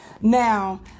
Now